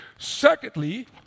Secondly